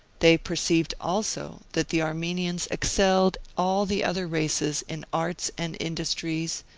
they per ceived also that the armenians excelled all the other races in arts and industries,